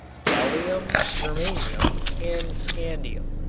gallium, germanium and scandium.